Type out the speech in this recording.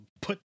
put